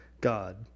God